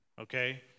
Okay